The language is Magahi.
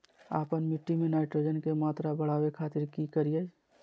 आपन मिट्टी में नाइट्रोजन के मात्रा बढ़ावे खातिर की करिय?